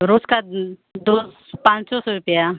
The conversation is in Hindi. रोज़ का दो पाँच सौ सौ रुपया